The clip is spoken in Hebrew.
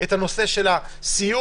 את הנושא של הסיעוד,